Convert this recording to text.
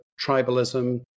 tribalism